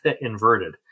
inverted